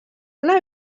una